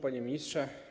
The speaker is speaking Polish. Panie Ministrze!